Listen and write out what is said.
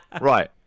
right